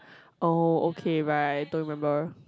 oh okay right don't remember